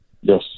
Yes